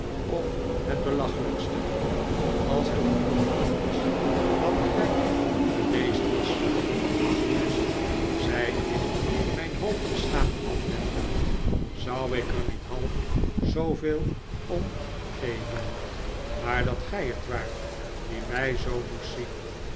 of het belachelijkste als het iemand anders dan gij geweest was agnes zei ik mijn hoofd beschaamd afwendend zou ik er niet half zooveel om geven maar dat gij het waart die mij zoo moest zien